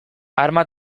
arma